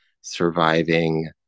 surviving